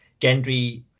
Gendry